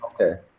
okay